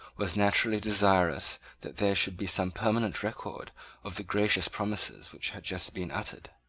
was naturally desirous that there should be some permanent record of the gracious promises which had just been uttered.